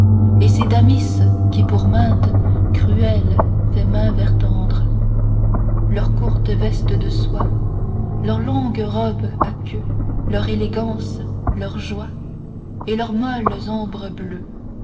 et c'est damis qui pour mainte cruelle fait maint vers tendre leurs courtes vestes de soie leurs longues robes à queues leur élégance leur joie et leurs molles ombres bleues